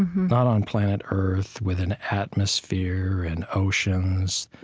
not on planet earth with an atmosphere and oceans.